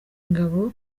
ingabo